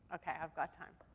okay, i've got time.